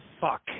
fuck